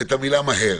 את המילה מהר.